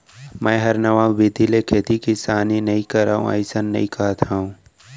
मैं हर नवा बिधि ले खेती किसानी नइ करव अइसन नइ कहत हँव